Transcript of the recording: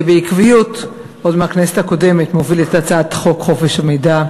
שבעקביות עוד מהכנסת הקודמת מוביל את הצעת החוק הזאת.